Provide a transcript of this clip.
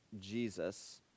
Jesus